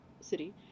city